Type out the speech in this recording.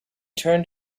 turned